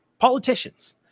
politicians